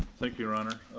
thank you your honor.